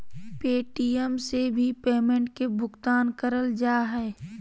Paytm से भी payment के भुगतान करल जा हय